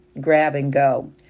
grab-and-go